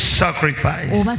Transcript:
sacrifice